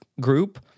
group